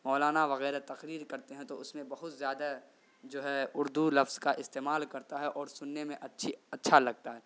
مولانا وغیرہ تقریر کرتے ہیں تو اس میں بہت زیادہ جو ہے اردو لفظ کا استعمال کرتا ہے اور سننے میں اچھی اچھا لگتا ہے